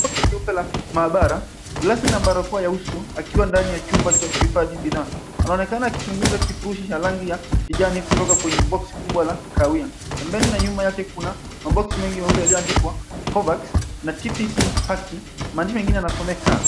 Koti jeupe la mahabara glavu na barakoa ya uso, akiwa ndani ya chumba cha kuhifadhi binadamu anaonekama akichunguza kifurushi cha rangi ya kijani kutoka kwenye boksi kubwa la kahawia pembeni na nyuma yake kuna maboksi mengi meupe yalioandikwa, Covax na TPC Parking, majina mengine yanasomeka.